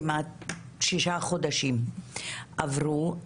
כמעט שישה חודשים עברו,